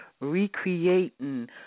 recreating